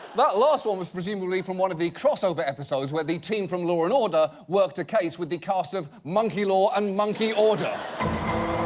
that last one was presumably from one of the crossover episodes where the team from law and order, worked a case with the cast of monkey law and monkey